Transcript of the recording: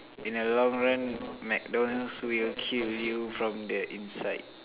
in a long run McDonald's will kill you from the inside